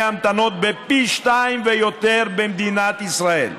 ההמתנה פי שניים ויותר במדינת ישראל.